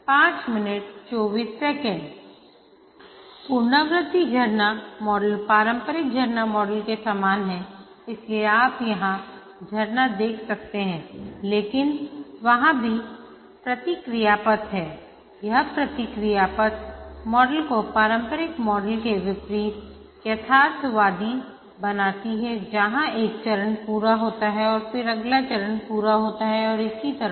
पुनरावृति झरना मॉडल पारंपरिक झरना मॉडल के समान है इसलिए आप यहां झरना देख सकते हैंलेकिन वहाँ भी प्रतिक्रिया पथ हैं यह प्रतिक्रिया पथ मॉडल को पारंपरिक मॉडल के विपरीत यथार्थवादी बनाती है जहां एक चरण पूरा होता है और फिर अगला चरण पूरा होता है और इसी तरह